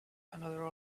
another